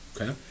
Okay